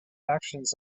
actions